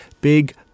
big